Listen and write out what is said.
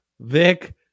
Vic